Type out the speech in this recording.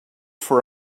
for